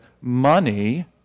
money